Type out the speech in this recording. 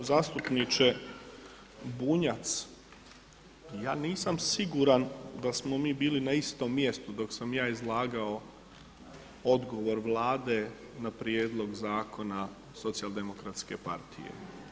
Poštovani zastupniče Bunjac, ja nisam siguran da smo mi bili na istom mjestu dok sam ja izlagao odgovor Vlade na prijedlog zakona Socijaldemokratske partije.